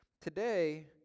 Today